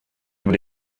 über